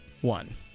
One